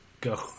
go